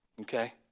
Okay